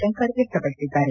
ಶಂಕರ್ ವ್ಯಕ್ತಪಡಿಸಿದ್ದಾರೆ